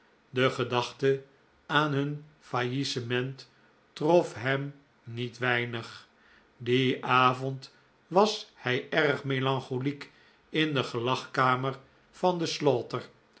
de gedachte aan hun faillissement trof hem niet weinig dien avond was hij erg melancholiek in de gelagkamer van de